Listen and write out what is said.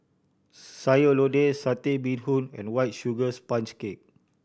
Sayur Lodeh Satay Bee Hoon and White Sugar Sponge Cake